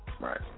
Right